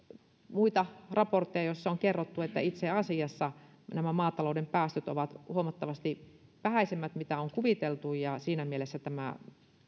muita raportteja joissa on kerrottu että itse asiassa nämä maatalouden päästöt ovat huomattavasti vähäisemmät mitä on kuviteltu ja siinä mielessä tämä